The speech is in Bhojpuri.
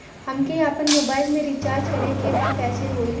हमके आपन मोबाइल मे रिचार्ज करे के बा कैसे होई?